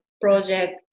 project